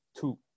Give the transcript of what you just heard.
Two